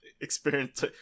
experience